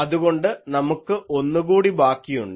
അതുകൊണ്ട് നമുക്ക് ഒന്നു കൂടി ബാക്കിയുണ്ട്